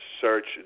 search